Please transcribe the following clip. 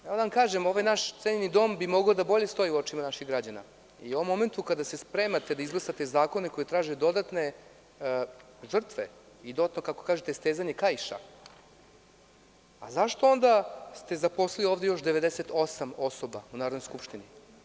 Ovaj naš cenjeni Dom bi mogao da bolje stoji u očima naših građana i u ovom momentu kada se spremate da izglasate zakone koji traži dodatne žrtve i, kako kažete, stezanje kaiša, a zašto ste onda zaposlili ovde još 98 osoba u Narodnoj skupštini?